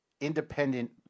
independent